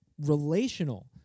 relational